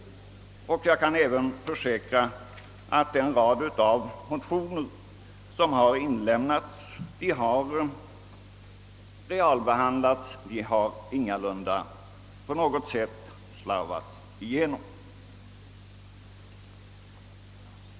Jag kan även försäkra, att den rad av motioner som inlämnats har realbehandlats; de har inte på något sätt slarvats igenom.